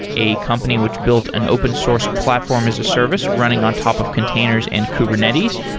a company which built an open source platform as a service running on top of containers and kubernetes.